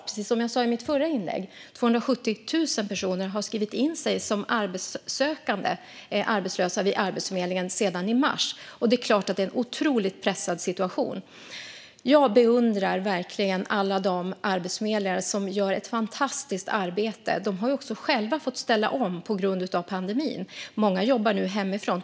Precis som jag sa i mitt förra inlägg har 270 000 personer skrivit in sig vid Arbetsförmedlingen som arbetssökande arbetslösa sedan i mars, och det är klart att det är en otroligt pressad situation. Jag beundrar verkligen alla de arbetsförmedlare som gör ett fantastiskt arbete. De har också själva fått ställa om på grund av pandemin, och många jobbar nu hemifrån.